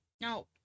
No